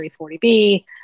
340B